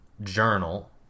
Journal